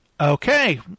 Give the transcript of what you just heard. Okay